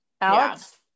Alex